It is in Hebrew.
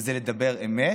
וזה לדבר אמת,